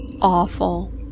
awful